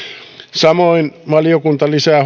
samoin valiokunta lisää